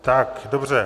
Tak dobře.